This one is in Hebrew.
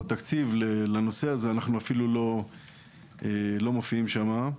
בתקציב לנושא הזה, אנחנו אפילו לא מופיעים שמה.